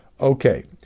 Okay